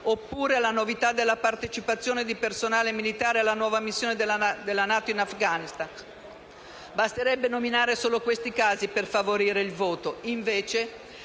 oppure alla novità della partecipazione di personale militare alla nuova missione della NATO in Afghanistan. Basterebbe nominare solo questi casi per favorire il voto.